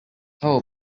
how